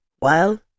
Well